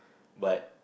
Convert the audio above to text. but